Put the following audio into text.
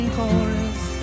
chorus